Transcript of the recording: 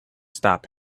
stop